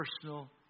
personal